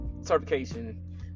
certification